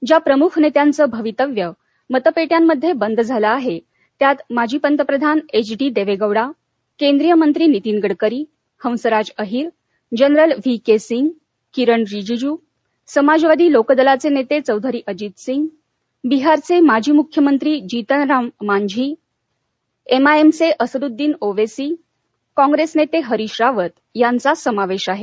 ज्या प्रमुख नेत्यांचं भवितव्य मतपेट्यांमध्ये बंद झालं आहे त्यात माजी पंतप्रधान एच डी देवेगौडा केंद्रीयमंत्री Nitin Gadkari Hansraj Ahir general V K Singh Kiren Rijiju Samajwadi लोकदलाचे नेते चौधरी अजीतसिंग बिहारचे माजी मुख्यमंत्री जीतनराम मांझी एमआयएम चे असदुद्दिन ओवैसी कॉग्रेस नेते हरिश रावत यांचा समावेश आहे